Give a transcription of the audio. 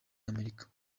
amerika